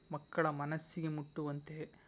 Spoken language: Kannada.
ಮಕ್ಕಳ ಮನಸ್ಸಿಗೆ ಮುಟ್ಟುವಂತೆ